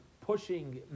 pushing